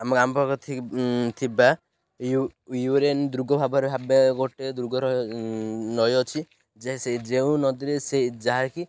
ଆମ ଆମ ପାଖରେ ଥିବା ୟୁରେନ୍ ଦୁର୍ଗ ଭାବରେ ଭାବେ ଗୋଟେ ଦୁର୍ଗ ର ନଈ ଅଛି ସେ ଯେଉଁ ନଦୀରେ ସେଇ ଯାହାକି